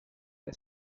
que